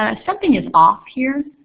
ah something is off here.